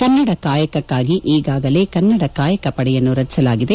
ಕನ್ನಡ ಕಾಯಕಕ್ಕಾಗಿ ಈಗಾಗಲೇ ಕನ್ನಡ ಕಾಯಕ ಪಡೆಯನ್ನು ರಚಿಸಲಾಗಿದೆ